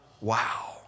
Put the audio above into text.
Wow